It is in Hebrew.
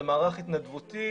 זה מערך התנדבותי,